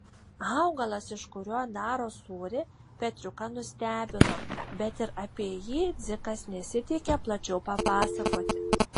augalas iš kurio daro sūrį petriuką nustebino bet ir apie jį dzikas nesiteikė plačiau papasakoti